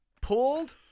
pulled